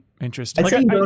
Interesting